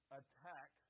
attack